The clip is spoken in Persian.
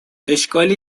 اشکالی